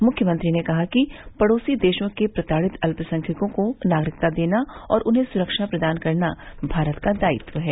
मुख्यमंत्री ने कहा कि पड़ोसी देशों के प्रताड़ित अल्पसंख्यकों को नागरिकता देना और उन्हे सुरक्षा प्रदान करना भारत का दायित्व है